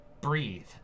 breathe